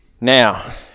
Now